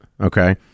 Okay